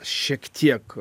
šiek tiek